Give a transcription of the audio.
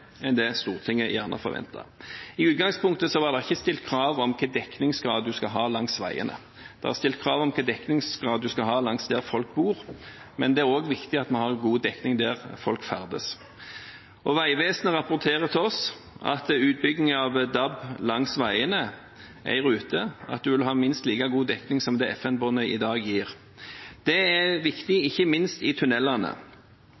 enn det Stortinget forventet. I utgangspunktet var det ikke stilt krav om hva slags dekningsgrad en skal ha langs veiene. Det er stilt krav om hvilken dekningsgrad en skal ha der folk bor, men det er også viktig at vi har god dekning der folk ferdes. Vegvesenet rapporterer til oss at utbygging av DAB langs veiene er i rute, at en vil ha minst like god dekning som det FM-båndet i dag gir. Det er